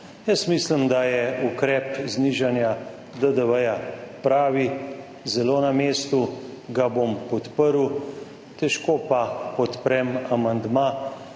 Jaz mislim, da je ukrep znižanja DDV pravi, zelo na mestu, ga bom podprl. Težko pa podprem amandma,